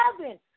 heaven